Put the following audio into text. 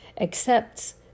accepts